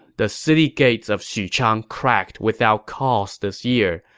the city gates of xuchang cracked without cause this year,